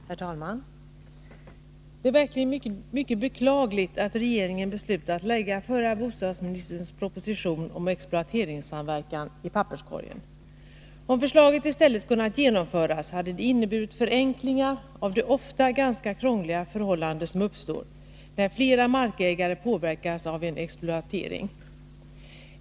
Herr talman! Det är verkligen mycket beklagligt att regeringen beslutat lägga förra bostadsministerns proposition om exploateringssamverkan i papperskorgen. Om förslaget i stället hade kunnat genomföras, hade det inneburit förenklingar av det ofta ganska krångliga förhållande som uppstår när flera markägare påverkas av en exploatering.